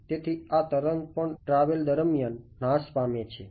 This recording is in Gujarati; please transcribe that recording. તેથી આ તરંગ પણ ટ્રાવેલ દરમિયાન નાશ પામે છે